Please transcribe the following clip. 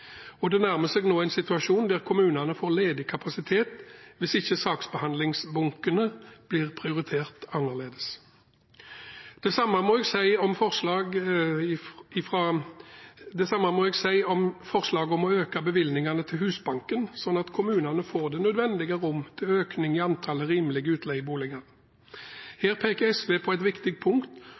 Det nærmer seg nå en situasjon der kommunene får ledig kapasitet hvis ikke saksbehandlingsbunkene blir prioritert annerledes. Det samme må jeg si om forslag om å øke bevilgningene til Husbanken, slik at kommunene får det nødvendige rom til økning i antallet rimelige utleieboliger. Her peker SV på et viktig punkt